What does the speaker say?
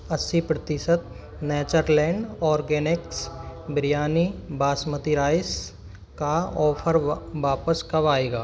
अस्सी प्रतिशत Natureland organics biryani basmati rice का ऑफ़र वापस कब आएगा